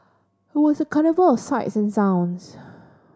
was a carnival of sights and sounds